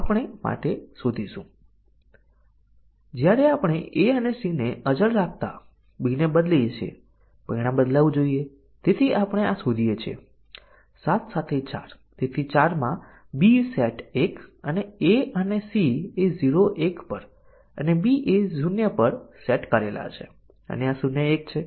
અમે અમારી ધારણાને સરળીકરણ કરી શકતા નથી કારણ કે તે ઉપયોગ કરતી વિશિષ્ટ શોર્ટ સર્કિટ તકનીકોને કમ્પાઇલર કરવા માટે કમ્પાઇલર બદલાય છે